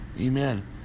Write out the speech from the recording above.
Amen